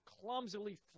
clumsily